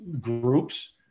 groups